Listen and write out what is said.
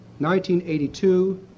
1982